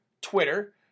Twitter